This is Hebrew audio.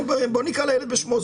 בוא נקרא לילד בשמו,